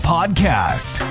Podcast